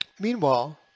Meanwhile